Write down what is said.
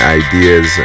ideas